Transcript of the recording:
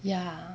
ya